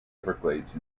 everglades